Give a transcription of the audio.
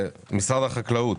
משרד החקלאות,